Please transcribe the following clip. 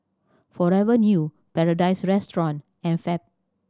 Forever New Paradise Restaurant and Fab